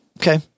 Okay